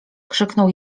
krzyknął